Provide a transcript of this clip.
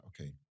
okay